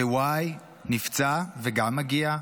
ו-y נפצע וגם מגיע,